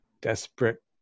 desperate